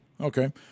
Okay